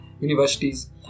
universities